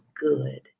good